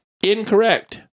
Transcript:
Incorrect